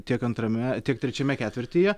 tiek antrame tiek trečiame ketvirtyje